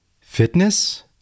Fitness